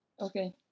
okay